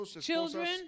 children